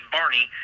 Barney